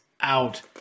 out